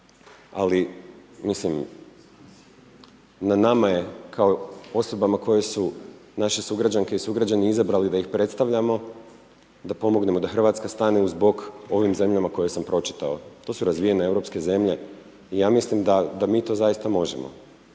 ali mislim na nama je kao osobama koje su naše sugrađanke i sugrađani izabrali da ih predstavljamo, da pomognemo da Hrvatska stane uz bok ovim zemljama koje sam pročitao. To su razvijene europske zemlje i ja mislim da mi to zaista možemo.